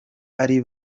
ari